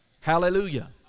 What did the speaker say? hallelujah